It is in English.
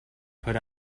put